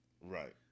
Right